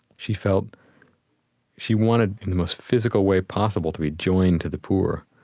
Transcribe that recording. she felt she wanted, in the most physically way possible, to be joined to the poor,